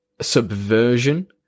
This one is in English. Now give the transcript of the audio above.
subversion